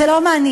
זה לא מעניין.